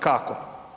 Kako?